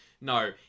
No